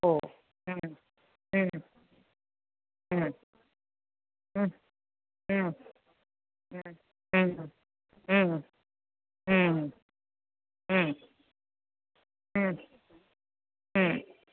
हो